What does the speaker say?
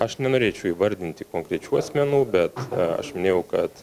aš nenorėčiau įvardinti konkrečių asmenų bet aš minėjau kad